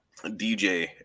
DJ